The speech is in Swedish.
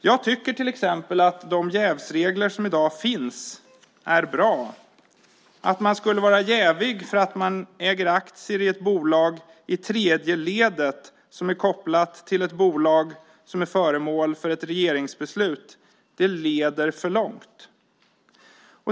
Jag tycker till exempel att de jävsregler som finns i dag är bra. Att man skulle vara jävig för att man äger aktier i ett bolag som i tredje ledet är kopplat till ett bolag som är föremål för ett regeringsbeslut leder för långt.